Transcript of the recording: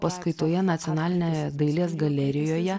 paskaitoje nacionalinėje dailės galerijoje